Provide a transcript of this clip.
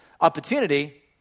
Opportunity